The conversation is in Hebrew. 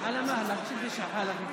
(אומר בערבית: